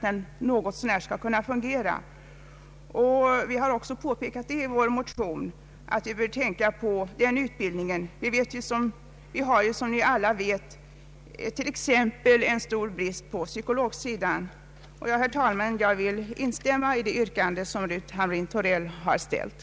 Därför har vi i vår motion påpekat att man bör tänka även på den utbildningen. Det råder, som alla vet, t.ex. en stor brist på psykologsidan. Herr talman! Jag ber att få instämma i det yrkande som fru Hamrin-Thorell har ställt.